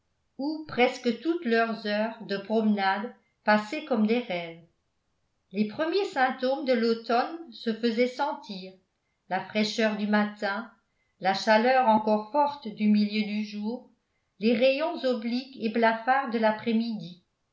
où presque toutes leurs heures de promenades passaient comme des rêves les premiers symptômes de l'automne se faisaient sentir la fraîcheur du matin la chaleur encore forte du milieu du jour les rayons obliques et blafards de l'après-midi